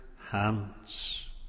hands